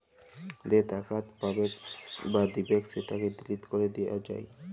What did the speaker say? যে টাকাট পাবেক বা দিবেক সেটকে ডিলিট ক্যরে দিয়া যায়